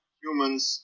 humans